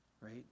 right